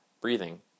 breathing